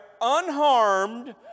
unharmed